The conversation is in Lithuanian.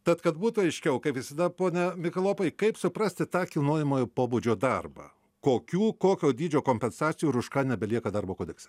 tad kad būtų aiškiau kaip visada pone mikalopai kaip suprasti tą kilnojamojo pobūdžio darbą kokių kokio dydžio kompensacijų ir už ką nebelieka darbo kodekse